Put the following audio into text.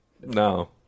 No